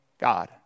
God